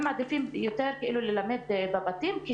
הם מעדיפים יותר ללמד בבתים כי